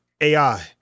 AI